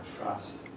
trust